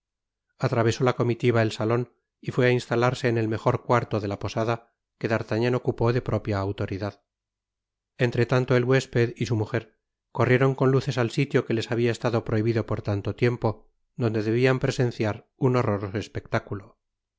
atravesó la comitiva el salon y fué á instalarse en el mejor cuarto de la posada que d'artagnan ocupó de propia autoridad entretanto el huésped y su mujer corrieron con luces al sitio que les habia estado prohibido por tanto tiempo donde debian presenciar un horroroso espectáculo